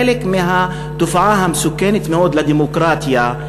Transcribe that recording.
חלק מהתופעה המסוכנת מאוד לדמוקרטיה,